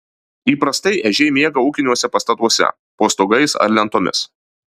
įprastai ežiai miega ūkiniuose pastatuose po stogais ar lentomis